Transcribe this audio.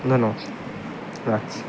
ধন্যবাদ রাখছি